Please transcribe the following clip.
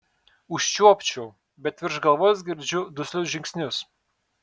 užčiuopčiau bet virš galvos girdžiu duslius žingsnius